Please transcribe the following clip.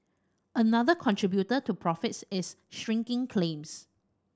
another contributor to profits is shrinking claims